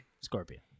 Scorpion